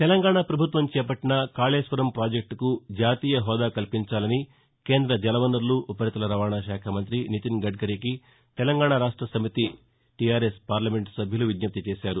తెలంగాణ ప్రభుత్వం చేపట్టిన కాశేశ్వరం ప్రాజెక్టుకు జాతీయ హెూదా కల్పించాలని కేంద్ర జల వనరులు ఉపరితల రవాణాశాఖ మంత్రి నితిన్ గడ్కరీకి తెలంగాణ రాష్ట సమితి పార్లమెంటు సభ్యులు విజ్ఞప్తి చేశారు